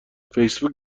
فیسبوک